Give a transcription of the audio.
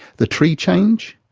the tree change?